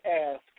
ask